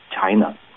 China